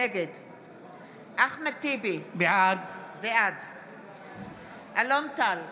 נגד אחמד טיבי, בעד אלון טל,